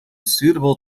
suitable